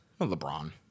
LeBron